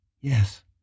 Yes